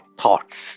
thoughts